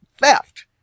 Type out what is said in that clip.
theft